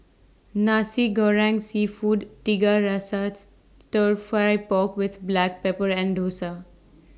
Nasi Goreng Seafood Tiga Rasa Stir Fry Pork with Black Pepper and Dosa